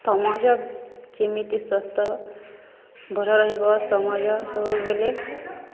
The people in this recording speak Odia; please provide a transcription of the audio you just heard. ସମୟ ଯେମିତି ସ୍ୱସ୍ଥ୍ୟ ଭଲ ରହିବ ସମୟ ସବୁବେଳେ